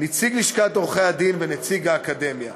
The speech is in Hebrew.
נציג לשכת עורכי-הדין ונציג האקדמיה.